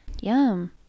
yum